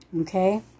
Okay